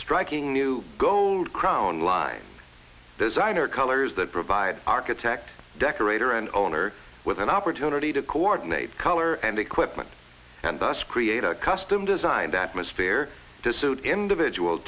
striking new gold crown line designer colors that provide architect decorator and owner with an opportunity to coordinate color and equipment and thus create a custom designed atmosphere to suit individual